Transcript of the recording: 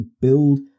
build